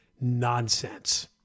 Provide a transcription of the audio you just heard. nonsense